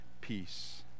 peace